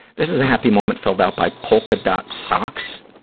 this is a happy moment filled out by polka-dot socks,